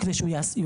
כדי שהוא יועסק,